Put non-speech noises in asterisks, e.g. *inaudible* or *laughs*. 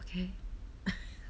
okay *laughs*